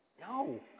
No